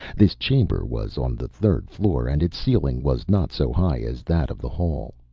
this chamber was on the third floor, and its ceiling was not so high as that of the hall.